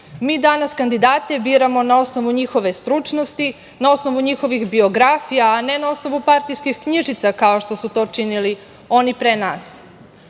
danas kandidate biramo na osnovu njihove stručnosti, na osnovu njihovih biografija, a ne na osnovu partijskih knjižica, kao što su to činili oni pre nas. Te